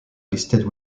listed